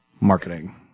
marketing